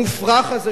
המופרך הזה,